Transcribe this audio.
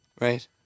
right